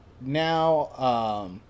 now